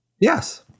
Yes